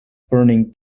burning